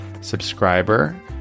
subscriber